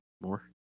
more